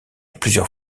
plusieurs